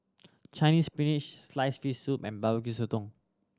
Chinese Spinach sliced fish soup and Barbecue Sotong